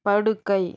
படுக்கை